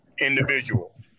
individual